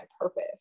purpose